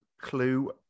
Clue